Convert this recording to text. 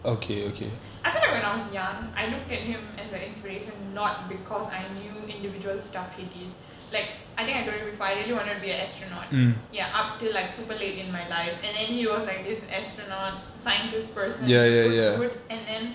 I feel like when I was young I looked at him as a inspiration not because I knew individual stuff he did like I think I told you before I really wanted to be a astronaut ya up till like super late in my life and then he was like this astronaut scientists person who's good and then